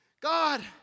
God